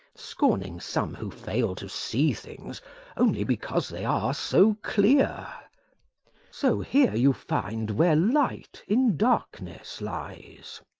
scorning some who fail to see things only because they are so clear so here you find where light in darkness lies,